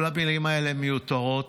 כל המילים האלה מיותרות,